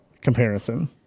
comparison